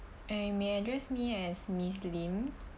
um may address me as miss lim